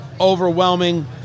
overwhelming